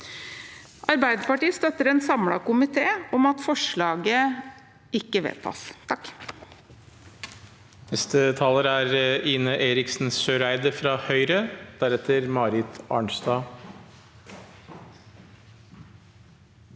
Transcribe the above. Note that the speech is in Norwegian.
Arbeiderpartiet støtter en samlet komité i at forslaget ikke vedtas.